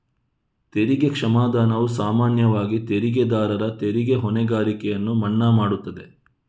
ತೆರಿಗೆ ಕ್ಷಮಾದಾನವು ಸಾಮಾನ್ಯವಾಗಿ ತೆರಿಗೆದಾರರ ತೆರಿಗೆ ಹೊಣೆಗಾರಿಕೆಯನ್ನು ಮನ್ನಾ ಮಾಡುತ್ತದೆ